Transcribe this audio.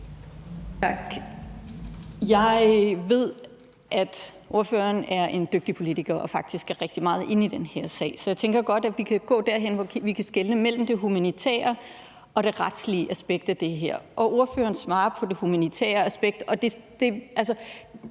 Jeg ved, at ordføreren er en dygtig politiker og faktisk er rigtig meget inde i den her sag, så jeg tænker, at vi godt kan nå derhen, hvor vi kan skelne mellem det humanitære og det retslige aspekt af det her. Ordføreren svarer på det humanitære aspekt,